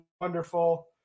wonderful